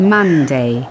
Monday